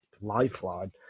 lifeline